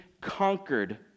conquered